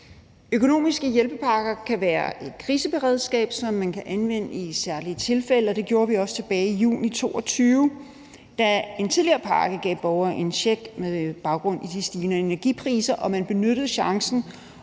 Økonomiske hjælpepakker kan være et kriseberedskab, som man kan anvende i særlige tilfælde, og det gjorde vi også tilbage i juni 2022, da en tidligere pakke gav borgere en check med baggrund i de stigende energipriser, og man benyttede chancen